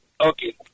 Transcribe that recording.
Okay